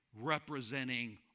representing